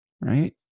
right